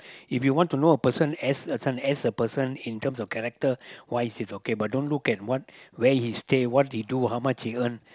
if you want to know a person as a this one as a person in terms of character wise it is okay but then don't look at what where he stay what he do how much he earn